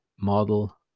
model